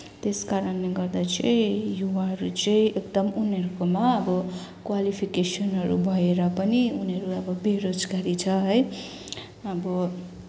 त्यस कारणले गर्दा चाहिँ युवाहरू चाहिँ एकदम उनीहरूकोमा अब क्वालिफिकेसनहरू भएर पनि उनीहरू अब बेरोजगारी छ है अब